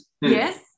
yes